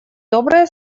добрые